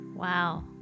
wow